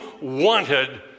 wanted